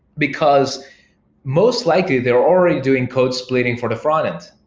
because most likely they're already doing code splitting for the frontend.